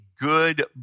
good